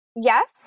Yes